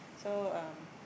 so um